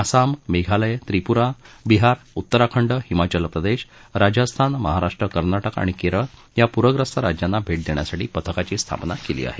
आसाम मेघालय त्रिपुरा बिहार उत्तराखंड हिमाचल प्रदेश राजस्थान महाराष्ट्र कर्नाटक आणि केरळ या पूरग्रस्त राज्यांना भेट देण्यासाठी पथकाची स्थापना केली आहे